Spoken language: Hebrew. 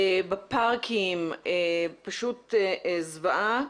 בפארקים, פשוט זוועה,